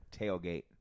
tailgate